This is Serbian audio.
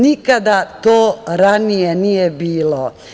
Nikada to ranije nije bilo.